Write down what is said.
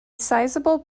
sizeable